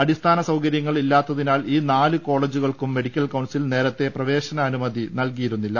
അടിസ്ഥാന സൌകര്യങ്ങൾ ഇല്ലാത്തതിനാൽ ഈ നാല് കോളജുകൾക്കും മെഡിക്കൽ കൌൺസിൽ നേരത്തെ പ്രവേശനാനുമതി നൽകിയിരുന്നില്ല